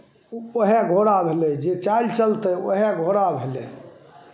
उएह घोड़ा भेलै जे चालि चलतै उएह घोड़ा भेलै